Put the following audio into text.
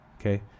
okay